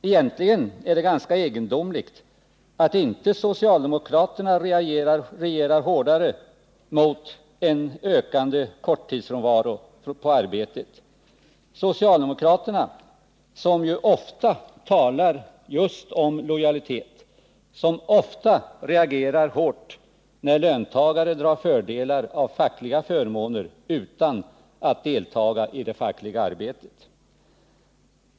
Egentligen är det ganska egendomligt att inte socialdemokraterna reagerar hårdare mot en ökande korttidsfrånvaro på arbetet, socialdemokraterna som ju ofta talar just om lojalitet, som ofta reagerar hårt när löntagare drar fördelar av fackliga förmåner utan att delta i det fackliga arbetet.